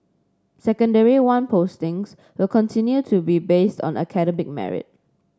Secondary One postings will continue to be based on academic merit